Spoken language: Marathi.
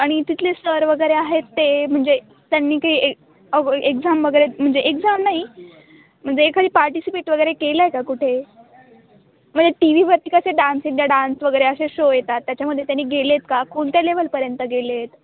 आणि तिथले सर वगैरे आहेत ते म्हणजे त्यांनी काही ए अग एक्झाम वगैरे म्हणजे एक्झाम नाही म्हणजे एखादी पार्टिसिपेट वगैरे केलं आहे का कुठे म्हणजे टी व्हीवरती कसे डान्स इंडिया डान्स वगैरे असे शो येतात त्याच्यामध्ये त्यांनी गेले आहेत का कोणत्या लेव्हलपर्यंत गेले आहेत